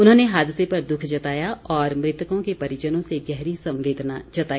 उन्होंने हादसे पर दुख जताया और मृतकों के परिजनों से गहरी संवेदना जताई